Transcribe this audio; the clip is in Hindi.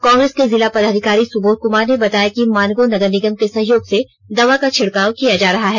कांग्रेस के जिला पदाधिकारी सुबोध कुमार ने बताया कि मानगो नगर निगम के सहयोग से दवा का छिड़काव किया जा रहा है